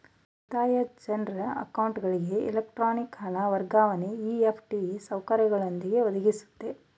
ಉಳಿತಾಯ ಜನ್ರ ಅಕೌಂಟ್ಗಳಿಗೆ ಎಲೆಕ್ಟ್ರಾನಿಕ್ ಹಣ ವರ್ಗಾವಣೆ ಇ.ಎಫ್.ಟಿ ಸೌಕರ್ಯದೊಂದಿಗೆ ಒದಗಿಸುತ್ತೆ